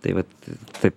tai vat taip